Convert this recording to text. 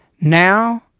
Now